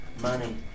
money